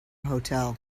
hotel